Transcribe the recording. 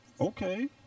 Okay